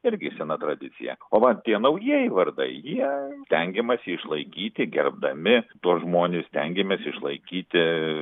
irgi sena tradicija o va tie naujieji vardai jie stengiamasi išlaikyti gerbdami tuos žmones stengiamės išlaikyti